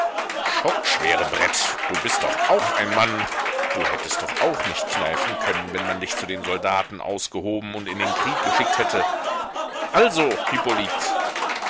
schockschwerebrett du bist doch auch ein mann du hättest doch auch nicht kneifen können wenn man dich zu den soldaten ausgehoben und in den krieg geschickt hätte also